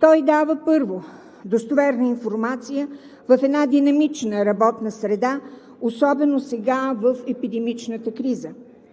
Той дава, първо, достоверна информация в една динамична работна среда, особено сега в епидемичната криза.